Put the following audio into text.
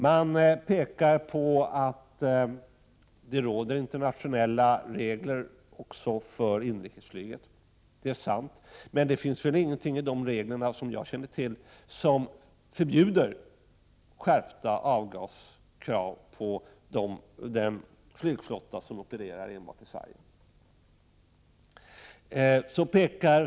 Det pekas på att internationella regler gäller även för inrikesflyget. Det är sant. Men det finns väl ingenting i reglerna, som jag känner till, som förbjuder skärpta avgaskrav på den flygflotta som opererar enbart i Sverige.